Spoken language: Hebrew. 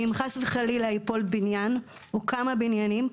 שאם חס וחלילה ייפול בניין או כמה בניינים,